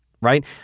right